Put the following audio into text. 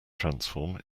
transform